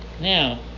Now